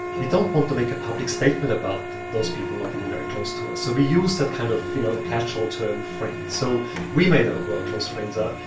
we don't want to make a public statement about those people not being very close to us, so we use that kind of you know of casual term friend. so we may know who our close friends are,